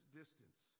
distance